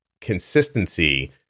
consistency